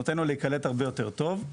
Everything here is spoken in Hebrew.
זה נותן לו להיקלט הרבה יותר טוב.